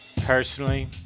personally